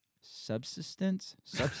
Subsistence